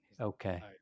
Okay